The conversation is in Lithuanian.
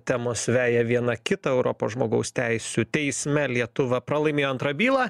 temos veja viena kita europos žmogaus teisių teisme lietuva pralaimėjo antrą bylą